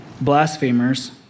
blasphemers